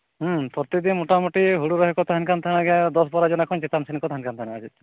ᱦᱩᱸ ᱯᱨᱚᱛᱮᱠ ᱫᱤᱱ ᱢᱚᱴᱟᱢᱩᱴᱤ ᱦᱩᱲᱩ ᱨᱚᱦᱚᱭ ᱠᱚ ᱛᱟᱦᱮᱱ ᱠᱟᱱ ᱛᱟᱦᱮᱸᱱᱜᱮᱭᱟ ᱫᱚᱥ ᱵᱟᱨᱚ ᱡᱚᱱ ᱠᱷᱚᱱ ᱪᱮᱛᱟᱱ ᱥᱮᱱ ᱠᱚ ᱛᱟᱦᱮᱱ ᱠᱟᱱ ᱛᱟᱦᱮᱱ ᱜᱮᱭᱟ ᱟᱨ ᱪᱮᱫ